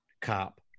cop